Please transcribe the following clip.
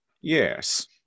Yes